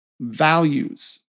values